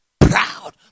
proud